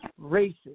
racist